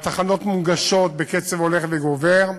והתחנות מונגשות בקצב הולך וגובר,